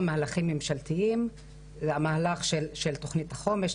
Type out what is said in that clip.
מהלכים ממשלתיים למהלך של תוכנית החומש,